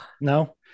No